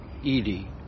Edie